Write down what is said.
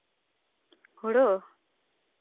ᱦᱳᱲᱳ